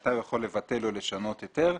מתי הוא יכול לבטל או לשנות היתר.